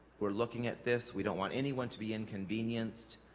we're looking at this we don't want anyone to be inconvenienced